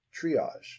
triage